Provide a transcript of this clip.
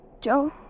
Joe